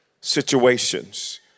situations